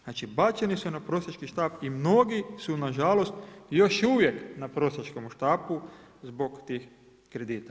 Znači bačeni su na prosjački štap i mnogi su nažalost još uvijek na prosjačkomu štapu zbog tih kredita.